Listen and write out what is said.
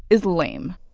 is lame.